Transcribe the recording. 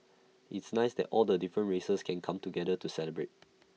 it's nice that all the different races can come together to celebrate